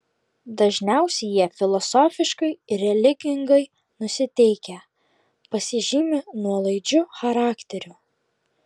dažniausiai jie filosofiškai ir religingai nusiteikę pasižymi nuolaidžiu charakteriu